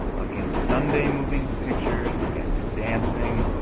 against sunday moving-pictures, against dancing,